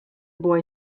boy